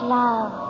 love